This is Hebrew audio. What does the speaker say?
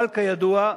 אבל, כידוע,